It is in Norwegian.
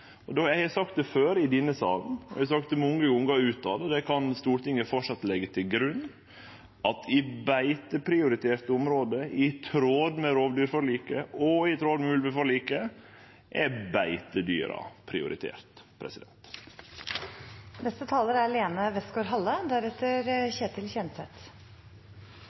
Eg har sagt det før i denne salen, og eg har sagt det mange gonger utanfor: Stortinget kan framleis leggje til grunn at i beiteprioriterte område er beitedyra prioriterte, i tråd med rovdyrforliket og ulveforliket. Representanten Sem-Jacobsen satte spørsmålstegn ved om klimaendringene er